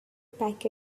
pack